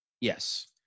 yes